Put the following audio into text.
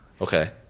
Okay